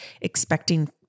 expecting